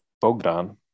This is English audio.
Bogdan